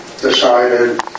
decided